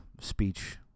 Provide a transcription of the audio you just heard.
speech